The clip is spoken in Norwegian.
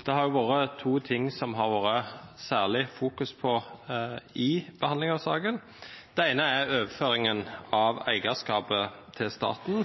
Det ene er overføringen av eierskapet til staten,